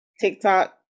TikTok